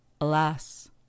alas